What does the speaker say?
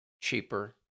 cheaper